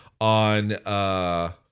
on